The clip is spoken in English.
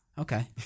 Okay